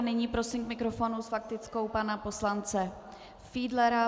Nyní prosím k mikrofonu s faktickou pana poslance Fiedlera.